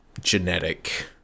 genetic